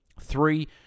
Three